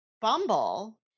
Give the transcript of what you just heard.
bumble